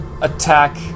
attack